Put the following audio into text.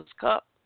cup